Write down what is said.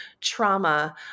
trauma